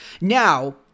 Now